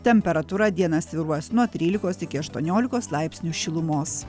temperatūra dieną svyruos nuo trylikos iki aštuoniolikos laipsnių šilumos